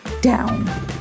down